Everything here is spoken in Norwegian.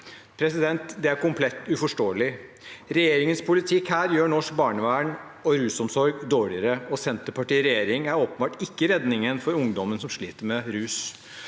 av Bufetat. Det er komplett uforståelig. Regjeringens politikk her gjør norsk barnevern og rusomsorg dårligere, og Senterpartiet i regjering er åpenbart ikke redningen for ungdommer som sliter med rus.